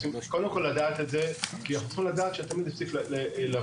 קודם כל לדעת את זה כי יכול לדעת שהתלמיד הפסיק לבוא,